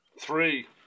Three